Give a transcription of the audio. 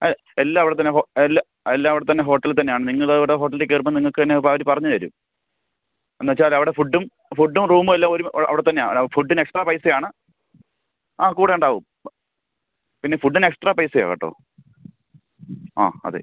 എല്ലാ അവിടെത്തന്നെ എല്ലാം എല്ലാം അവിടത്തന്നെ ഹോട്ടല് തന്നെയാണ് നിങ്ങൾ അവിടെ ഹോട്ടലി കയറുമ്പോൾ നിങ്ങൾക്ക് തന്നെ അവർ പറഞ്ഞുതരും എന്നുവെച്ചാൽ അവിടെ ഫുഡും ഫുഡും റൂമും എല്ലാം ഒരു അവിടെ തന്നെയാണ് ഫുഡിന് എക്സ്ട്രാ പൈസയാണ് ആ കൂടെയുണ്ടാവും പിന്നെ ഫുഡിന് എക്സ്ട്രാ പൈസയാ കേട്ടോ ആ അതെ